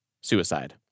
Suicide